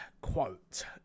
quote